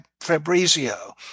Fabrizio